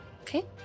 Okay